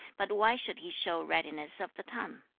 but why should he show readiness of the tongue